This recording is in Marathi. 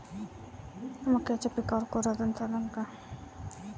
मक्याच्या पिकावर कोराजेन चालन का?